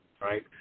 right